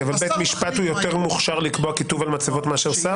בית המשפט יותר מוכשר לקבוע כיתוב על מצבות מאשר שר?